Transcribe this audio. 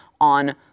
on